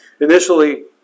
initially